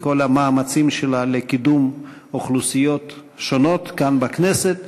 ועל כל המאמצים שלה לקידום אוכלוסיות שונות כאן בכנסת.